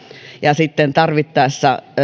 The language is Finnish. ja sitten tarvittaessa